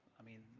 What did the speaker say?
i mean,